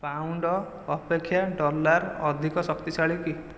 pound ଅପେକ୍ଷା dollar ଅଧିକ ଶକ୍ତିଶାଳୀ କି